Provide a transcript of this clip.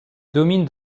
domine